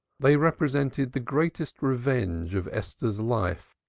they represented the greatest revenge of esther's life,